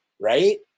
right